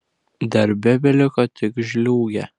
darže beliko tik žliūgė